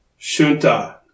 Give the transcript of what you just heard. Shunta